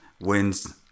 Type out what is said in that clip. wins